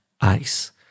Ice